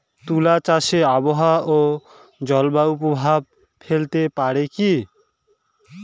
তুলা চাষে আবহাওয়া ও জলবায়ু প্রভাব ফেলতে পারে কি?